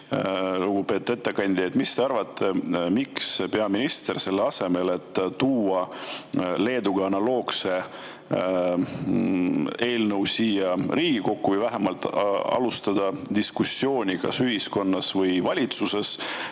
Lugupeetud ettekandja, mis te arvate, miks peaminister selle asemel, et tuua Leedu [eelnõuga] analoogne eelnõu siia Riigikokku või vähemalt alustada diskussiooni kas ühiskonnas või valitsuses,